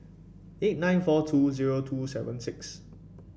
eight nine four two zero two seven six